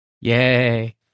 Yay